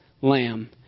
lamb